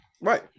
right